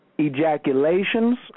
ejaculations